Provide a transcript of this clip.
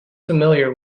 familiar